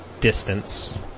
distance